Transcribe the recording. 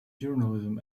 journalism